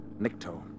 Nikto